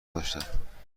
نداشتم